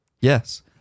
Yes